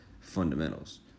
fundamentals